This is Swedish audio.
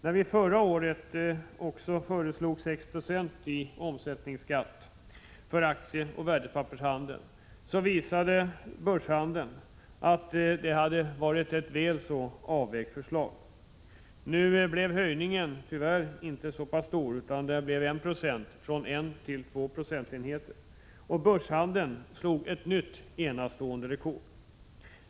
När vi förra året också föreslog 6 76 i omsättningsskatt för aktieoch värdepappershandel visade börshandeln att detta hade varit ett väl så avvägt förslag. Nu blev tyvärr höjningen inte så stor. Skatten höjdes med 1 procentenhet från 1 96 till 2 70, och börshandeln slog ett nytt enastående rekord.